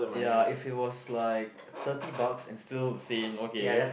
ya if it was like thirty bucks and still the same okay